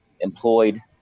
employed